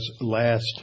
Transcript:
last